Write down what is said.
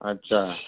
اچھا